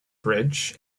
bridge